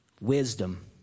Wisdom